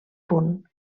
punt